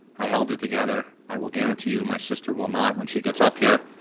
i held it together, i will guarantee you my sister will not when she gets up here.